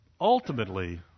Ultimately